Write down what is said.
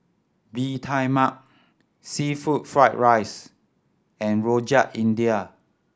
Bee Tai Mak seafood fried rice and Rojak India